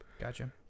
Gotcha